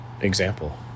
example